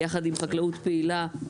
יחד עם חקלאות פעילה,